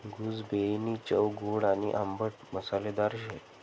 गूसबेरीनी चव गोड आणि आंबट मसालेदार शे